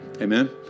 Amen